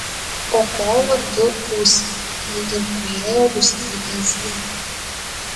o kuo vardu būsi lyg ir praėjo rūstybė zylei